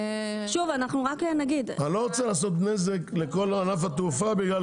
אני לא רוצה לגרום נזק לכל ענף התעופה בגלל